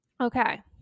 Okay